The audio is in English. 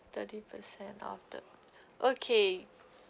thirty percent off the okay